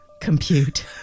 compute